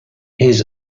his